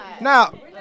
now